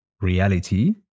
reality